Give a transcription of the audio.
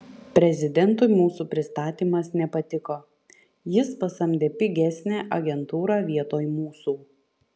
prezidentui mūsų pristatymas nepatiko jis pasamdė pigesnę agentūrą vietoj mūsų